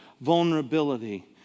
vulnerability